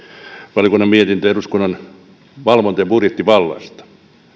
valiokunnan mietintö eduskunnan valvonta ja budjettivallasta